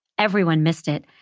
everyone missed it.